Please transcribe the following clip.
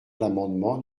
l’amendement